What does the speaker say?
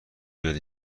بیاد